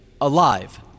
Alive